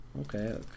Okay